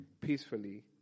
peacefully